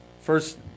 first